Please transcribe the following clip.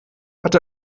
hat